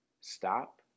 stop